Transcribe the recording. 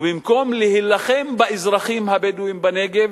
ובמקום להילחם באזרחים הבדואים בנגב,